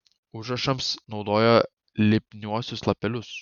užrašams naudojo lipniuosius lapelius